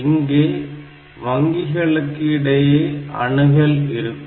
இங்கே வங்கிகளுக்கு இடையே அணுகல் இருக்கும்